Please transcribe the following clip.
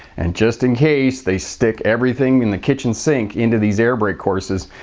and just in case, they stick everything and the kitchen sink into these air brake courses.